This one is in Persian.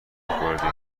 کردی